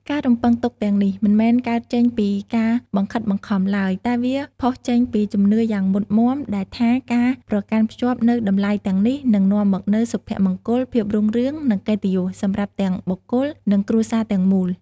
ការរំពឹងទុកទាំងនេះមិនមែនកើតចេញពីការបង្ខិតបង្ខំឡើយ តែវាផុសចេញពីជំនឿយ៉ាងមុតមាំដែលថា ការប្រកាន់ខ្ជាប់នូវតម្លៃទាំងនេះនឹងនាំមកនូវ សុភមង្គល ភាពរុងរឿង និងកិត្តិយស សម្រាប់ទាំងបុគ្គល និងគ្រួសារទាំងមូល។